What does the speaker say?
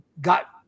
got